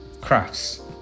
crafts